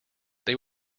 they